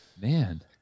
Man